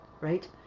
right